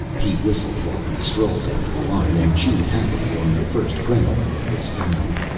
he whistled while he strolled after the line and chewed happily on the first krenoj that was found.